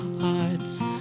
hearts